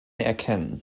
erkennen